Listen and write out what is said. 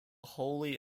holy